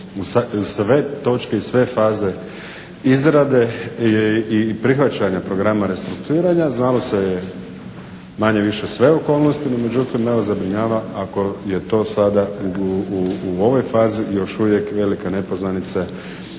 u sve točke i sve faze izrade i prihvaćanja programa restrukturiranja znalo se manje-više sve okolnosti. No međutim, evo zabrinjava ako je to sada u ovoj fazi još uvijek velika nepoznanica